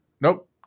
Nope